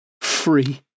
free